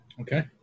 Okay